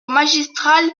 magistral